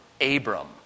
Abram